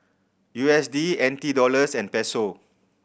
U S D N T Dollars and Peso